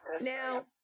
Now